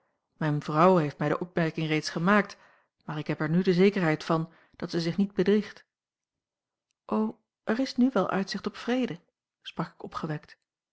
mijne vrouw heeft mij de opmerking reeds gemaakt maar ik heb er nu de zekerheid van dat zij zich niet bedriegt o er is nu wel uitzicht op vrede sprak ik opgewekt